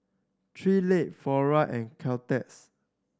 Three Legs Flora and Caltex